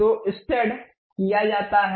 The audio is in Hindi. तो स्टड किया जाता है